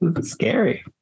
scary